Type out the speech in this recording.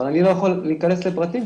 אבל אני לא יכול להיכנס לפרטים,